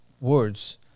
words